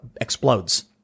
explodes